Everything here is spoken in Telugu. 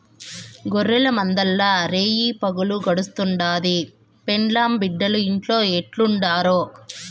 గొర్రెల మందల్ల రేయిపగులు గడుస్తుండాది, పెండ్లాం బిడ్డలు ఇంట్లో ఎట్టుండారో